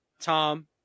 Tom